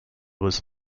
was